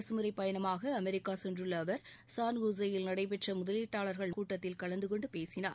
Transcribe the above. அரசுமுறைப் பயணமாகஅமெரிக்காசென்றுள்ளஅவர் ஸான் ஹூசேயில் நடைபெற்றமுதலீட்டாளர்கள் கூட்டத்தில் கலந்துகொண்டுபேசினார்